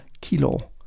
Kilo